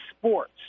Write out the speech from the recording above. sports